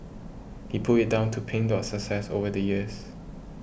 he put it down to Pink Dot's success over the years